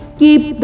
keep